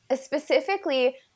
specifically